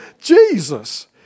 Jesus